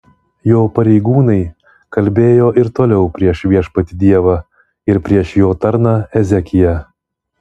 jo pareigūnai kalbėjo ir toliau prieš viešpatį dievą ir prieš jo tarną ezekiją